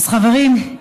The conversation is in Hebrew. חברים,